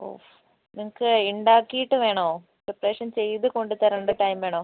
ഓ നിങ്ങൾക്ക് ഉണ്ടാക്കിയിട്ട് വേണോ പ്രിപറേഷൻ ചെയ്ത് കൊണ്ട് തരേണ്ട ടൈം വേണോ